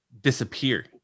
disappear